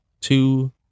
two